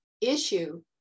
issue